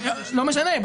לא משנה.